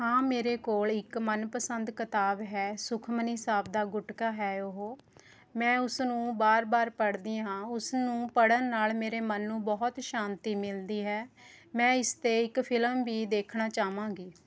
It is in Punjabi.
ਹਾਂ ਮੇਰੇ ਕੋਲ਼ ਇੱਕ ਮਨਪੰਸਦ ਕਿਤਾਬ ਹੈ ਸੁਖਮਨੀ ਸਾਹਿਬ ਦਾ ਗੁਟਕਾ ਹੈ ਉਹ ਮੈਂ ਉਸ ਨੂੰ ਵਾਰ ਵਾਰ ਪੜ੍ਹਦੀ ਹਾਂ ਉਸ ਨੂੰ ਪੜ੍ਹਨ ਨਾਲ ਮੇਰੇ ਮਨ ਨੂੰ ਬਹੁਤ ਸ਼ਾਂਤੀ ਮਿਲਦੀ ਹੈ ਮੈਂ ਇਸ 'ਤੇ ਇੱਕ ਫਿਲਮ ਵੀ ਦੇਖਣਾ ਚਾਹਵਾਂਗੀ